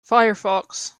firefox